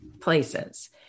places